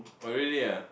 oh really ah